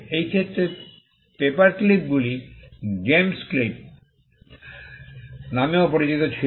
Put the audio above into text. এই ক্ষেত্রে পেপারক্লিপগুলি জেমক্লিপ নামেও পরিচিত ছিল